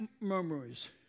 murmurs